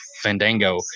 Fandango